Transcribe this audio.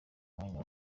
mwanya